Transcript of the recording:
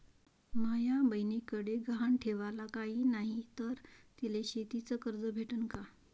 माया बयनीकडे गहान ठेवाला काय नाही तर तिले शेतीच कर्ज भेटन का?